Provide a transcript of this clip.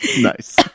nice